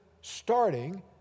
starting